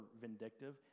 vindictive